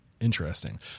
Interesting